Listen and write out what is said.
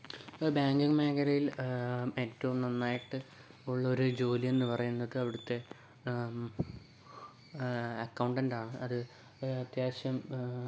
banking മേഖലയിൽ ഏറ്റവും നന്നായിട്ട് ഉള്ളൊരു ജോലി എന്ന് പറയുന്നത് അവിടുത്തെ അക്കൗണ്ടൻറ്റ് ആണ് അത് അത്യാവശ്യം